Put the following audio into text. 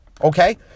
Okay